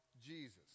jesus